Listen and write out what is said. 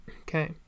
okay